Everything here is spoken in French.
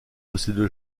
possédaient